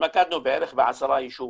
התמקדנו בערך בעשרה יישובים.